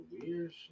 weird